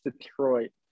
Detroit